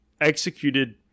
executed